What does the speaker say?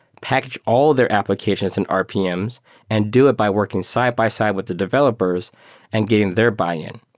package all their applications and rpms and do it by working side-by-side with the developers and getting their buy-in.